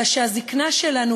ושהזיקנה שלנו,